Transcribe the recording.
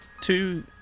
two